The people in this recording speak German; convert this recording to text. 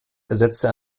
ersetzte